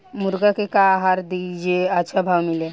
मुर्गा के का आहार दी जे से अच्छा भाव मिले?